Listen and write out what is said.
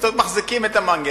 זאת אומרת, מחזיקים את המנגנון